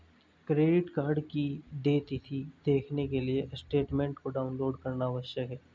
credit card की देय तिथी देखने के लिए स्टेटमेंट को डाउनलोड करना आवश्यक है